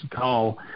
call